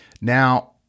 Now